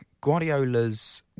Guardiola's